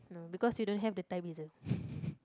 you know because we don't have the Thai Basil